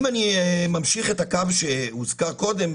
אבל אם אני ממשיך את הקו שהוזכר קודם,